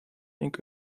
ning